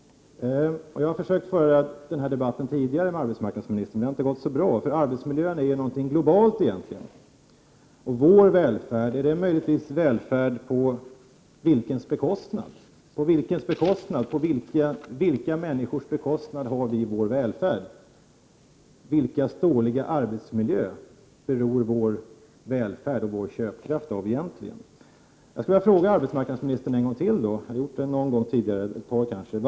Jag har försökt föra en debatt kring dessa frågor tidigare med arbetsmarknadsministern. Det har inte gått så bra. Arbetsmiljö är egentligen någonting globalt. Vad beror vår välfärd på? På vilka människors bekostnad har vi vår välfärd? Vems dåliga arbetsmiljö beror egentligen vår välfärd och vår köpkraft på? Nu skall jag ställa samma fråga till arbetsmarknadsministern ytterligare en gång — jag har gjort det vid något tidigare tillfälle.